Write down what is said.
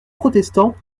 protestants